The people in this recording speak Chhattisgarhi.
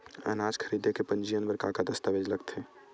अनाज खरीदे के पंजीयन बर का का दस्तावेज लगथे?